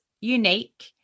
unique